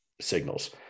signals